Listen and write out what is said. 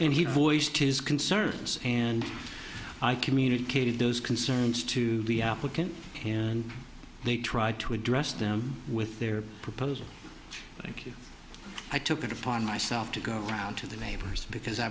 voiced his concerns and i communicated those concerns to the applicant and they tried to address them with their proposal thank you i took it upon myself to go around to the neighbors because i